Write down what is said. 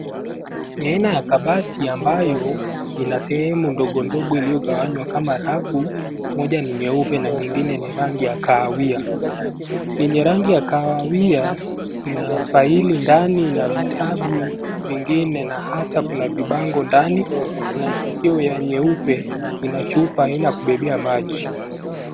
Ni aina ya kabati ambayo ina sehemu ndogo ndogo iliyogawanywa kama rafu, moja ni nyeupe na nyingine ni rangi ya kahawia. Yenye rangi ya kahawia ina faili ndani na vitabu vingine na hata kuna vibango ndani na hiyo ya nyeupe ina chupa aina ya kubebea maji.